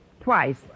Twice